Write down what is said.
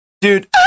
Dude